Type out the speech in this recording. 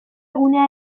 gunea